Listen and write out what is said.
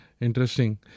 Interesting